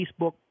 Facebook